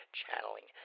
channeling